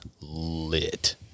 lit